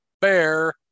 Bear